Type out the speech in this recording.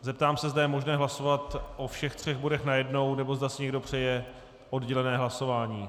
Zeptám se, zda je možné hlasovat o všech třech bodech najednou, nebo zda si někdo přeje oddělené hlasování.